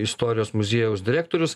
istorijos muziejaus direktorius